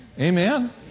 Amen